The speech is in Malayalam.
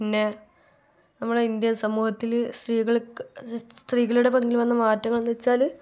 പിന്നെ നമ്മുടെ ഇന്ത്യൻ സമൂഹത്തില് സ്ത്രീകൾക്ക് സ്ത്രീകളുടെ പങ്കിൽ വന്ന മാറ്റങ്ങൾ എന്ന് വച്ചാല്